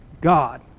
God